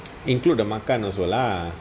include the makan also lah